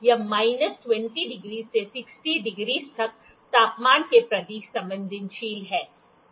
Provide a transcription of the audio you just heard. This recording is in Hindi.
यह माइनस 20℃ से 60℃ तक तापमान के प्रति संवेदनशील है